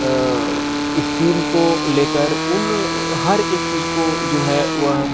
scream को लेकर उन हर एक चीज को जो है वह